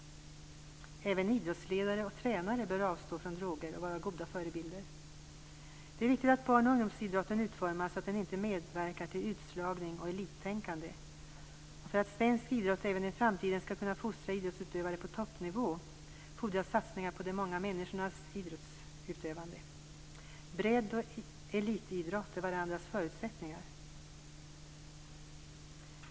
Även idrottsledare och tränare bör avstå från droger och vara goda förebilder. Det är viktigt att barn och ungdomsidrotten utformas så att den inte medverkar till utslagning och elittänkande. För att svensk idrott även i framtiden skall kunna fostra idrottsutövare på toppnivå fordras satsningar på de många människornas idrottsutövande. Bredd och elitidrott är varandras förutsättningar.